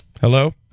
Hello